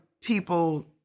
people